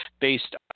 based